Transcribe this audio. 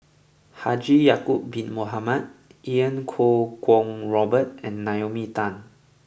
Haji Ya'Acob bin Mohamed Iau Kuo Kwong Robert and Naomi Tan